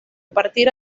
partir